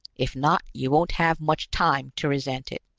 if not, you won't have much time to resent it.